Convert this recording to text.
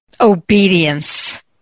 obedience